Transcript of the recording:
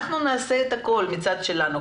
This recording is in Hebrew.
אנחנו נעשה את הכל מהצד שלנו,